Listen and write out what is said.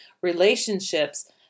relationships